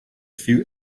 few